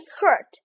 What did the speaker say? hurt